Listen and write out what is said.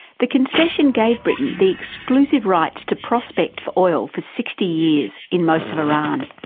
the concession gave britain the exclusive rights to prospect for oil for sixty years in most of iran.